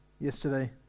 yesterday